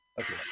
Okay